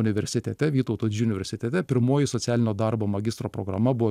universitete vytauto universitete pirmoji socialinio darbo magistro programa buvo